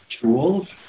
tools